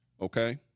okay